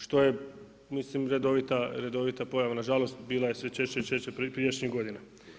Što je mislim, redovita pojava, nažalost bila je sve češće i češće prijašnjih godina.